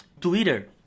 twitter